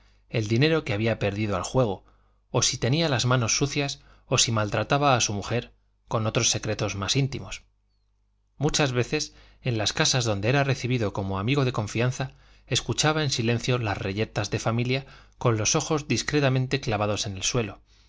el dinero que había perdido al juego o si tenía las manos sucias o si maltrataba a su mujer con otros secretos más íntimos muchas veces en las casas donde era recibido como amigo de confianza escuchaba en silencio las reyertas de familia con los ojos discretamente clavados en el suelo